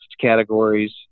categories